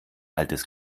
altes